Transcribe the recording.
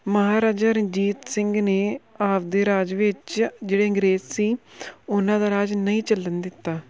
ਮਹਾਰਾਜਾ ਰਣਜੀਤ ਸਿੰਘ ਨੇ ਆਪਣੇ ਰਾਜ ਵਿੱਚ ਜਿਹੜੇ ਅੰਗਰੇਜ਼ ਸੀ ਉਹਨਾਂ ਦਾ ਰਾਜ ਨਹੀਂ ਚੱਲਣ ਦਿੱਤਾ